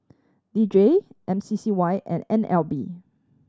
D J M C C Y and N L B